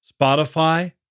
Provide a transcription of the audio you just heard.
Spotify